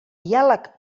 diàleg